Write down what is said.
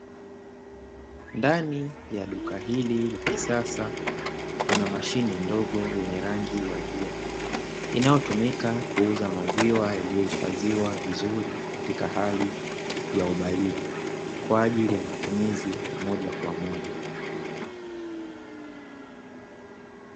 Ndani ya duka hili la kisasa kuna mashine ndogo yenye rangi ya bluu inayotumika kuuza maziwa, yaliyohifadhiwa vizuri katika hali ya ubaridi kwa ajili ya matumizi ya moja kwa moja.